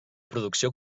producció